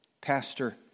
pastor